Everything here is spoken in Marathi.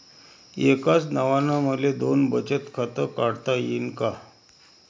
एकाच नावानं मले दोन बचत खातं काढता येईन का?